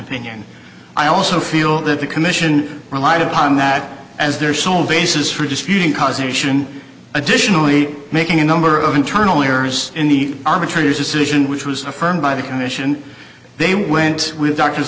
opinion i also feel that the commission relied upon that as their sole basis for disputing causation additionally making a number of internal errors in the arbitrator's decision which was affirmed by the commission they went with doctors